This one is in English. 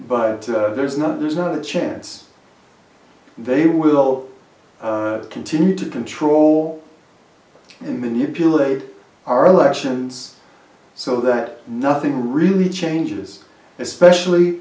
but there's not there's not a chance they will continue to control and manipulate our elections so that nothing really changes especially